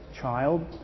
child